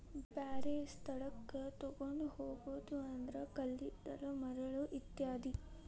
ಬ್ಯಾರೆ ಸ್ಥಳಕ್ಕ ತುಗೊಂಡ ಹೊಗುದು ಅಂದ್ರ ಕಲ್ಲಿದ್ದಲ, ಮರಳ ಇತ್ಯಾದಿ